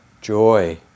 joy